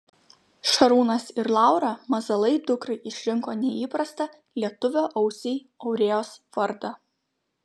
šarūnas ir laura mazalai dukrai išrinko neįprastą lietuvio ausiai aurėjos vardą